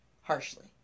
Harshly